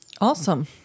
Awesome